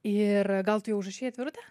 ir gal tu jau užrašei atvirutę